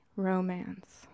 romance